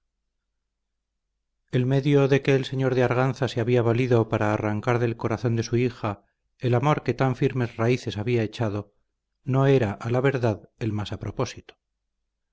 el medio de que el señor de arganza se había valido para arrancar del corazón de su hija el amor que tan firmes raíces había echado no era a la verdad el más a propósito